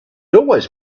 always